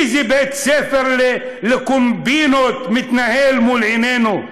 איזה בית-ספר לקומבינות מתנהל מול עינינו.